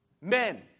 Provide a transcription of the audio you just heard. Men